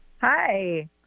Hi